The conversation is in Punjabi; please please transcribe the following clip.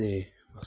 ਅਤੇ ਬਸ